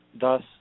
thus